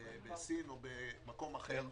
בסין או במקום אחר.